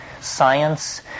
Science